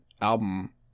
album